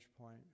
point